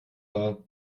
war